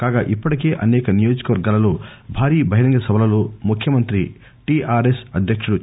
కాగా ఇప్పటికే అనేక నియోజక వర్గాలలో భారీ బహిరంగ సభలలో ముఖ్యమంత్రి టీఆర్ ఎస్ అధ్యక్షుడు కె